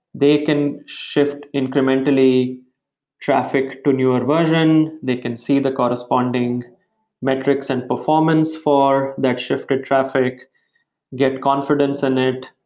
they can shift incrementally traffic to newer version, they can see the corresponding metrics and performance for that shifted traffic get confidence in it,